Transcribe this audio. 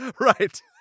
Right